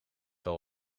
wel